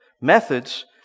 methods